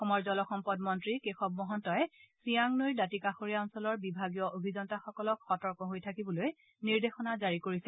অসমৰ জলসম্পদ মন্ত্ৰী কেশৱ মহন্তই চিয়াং নৈৰ দাঁতিকাষৰীয়া অঞ্চলৰ বিভাগীয় অভিযন্তাসকলক সতৰ্ক হৈ থাকিবলৈ নিৰ্দেশনা জাৰি কৰিছে